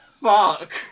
fuck